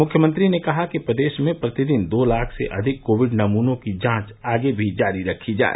मुख्यमंत्री ने कहा कि प्रदेश में प्रतिदिन दो लाख से अधिक कोविड नमूनों की जांच आगे भी जारी रखी जाए